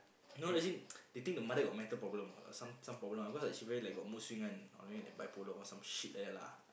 no as in they think the mother got mental problem or some some problem ah because she very like got mood swing one or maybe like bipolar or some shit like that lah